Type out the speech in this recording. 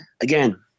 again